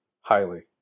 highly